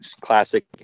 classic